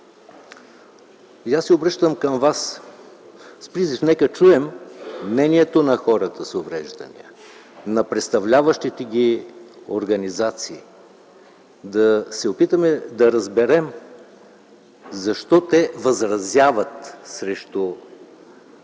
Обръщам се към вас с призив: нека чуем мнението на хората с увреждания, на представляващите ги организации. Да се опитаме да разберем защо те възразяват срещу това